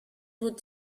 would